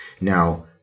Now